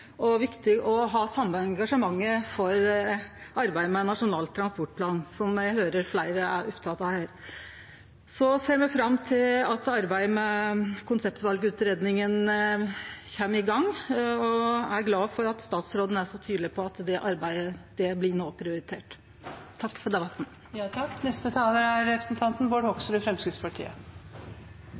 òg viktig å ha det same engasjementet for arbeidet med Nasjonal transportplan, som eg høyrer fleire er opptekne av. No ser me fram til at arbeidet med konseptvalutgreiinga kjem i gang, og er glade for at statsråden er så tydeleg på at det arbeidet no blir prioritert. Takk for debatten. Jeg kan ikke dy meg etter å ha hørt på representanten